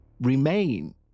remain